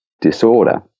disorder